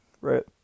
right